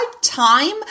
time